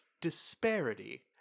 disparity